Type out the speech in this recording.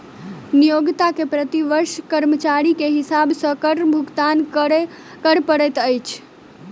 नियोक्ता के प्रति वर्ष कर्मचारी के हिसाब सॅ कर भुगतान कर पड़ैत अछि